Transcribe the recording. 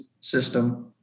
system